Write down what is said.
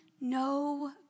no